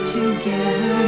together